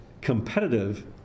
competitive